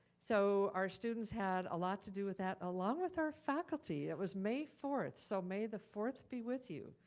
so our students had a lot to do with that, along with our faculty. it was may fourth, so may the fourth be with you.